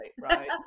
right